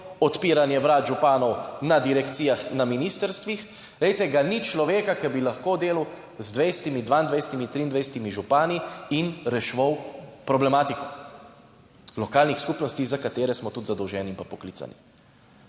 odpiranje vrat županov, na direkcijah, na ministrstvih, glejte, ga ni človeka, ki bi lahko delal z 20, 22, 23 župani in reševal problematiko lokalnih skupnosti, za katere smo tudi zadolženi in pa poklicani.